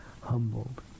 humbled